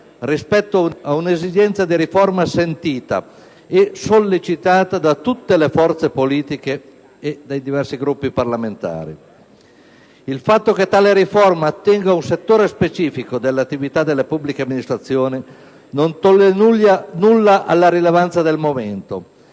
rispetto ad un'esigenza di riforma sentita e sollecitata da tutte le forze politiche e dai diversi Gruppi parlamentari. Il fatto che tale riforma attenga a un settore specifico dell'attività delle pubbliche amministrazioni non toglie nulla alla rilevanza del momento,